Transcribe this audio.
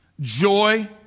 Joy